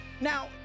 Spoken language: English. Now